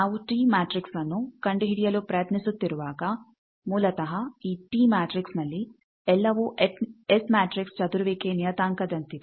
ನಾವು ಟಿ ಮ್ಯಾಟ್ರಿಕ್ಸ್ಅನ್ನು ಕಂಡುಹಿಡಿಯಲು ಪ್ರಯತ್ನಿಸುತ್ತಿರುವಾಗ ಮೂಲತಃ ಈ ಟಿ ಮ್ಯಾಟ್ರಿಕ್ಸ್ನಲ್ಲಿ ಎಲ್ಲವೂ ಎಸ್ ಮ್ಯಾಟ್ರಿಕ್ಸ್ ಚದುರುವಿಕೆ ನಿಯತಾಂಕದಂತಿದೆ